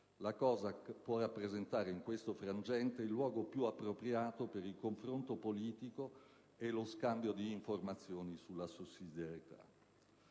La COSAC può rappresentare in questo frangente il luogo più appropriato per il confronto politico e lo scambio di informazioni sulla sussidiarietà.